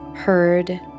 heard